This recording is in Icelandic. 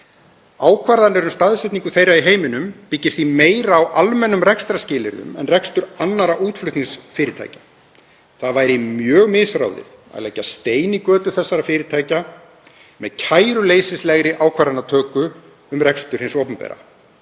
Ákvarðanir um staðsetningu þeirra í heiminum byggja því meira á almennum rekstrarskilyrðum en rekstur annarra útflutningsfyrirtækja. Það væri mjög misráðið að leggja stein í götu þessara fyrirtækja með kæruleysislegri ákvarðanatöku um rekstur hins opinbera.